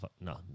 no